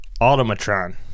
Automatron